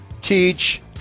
Teach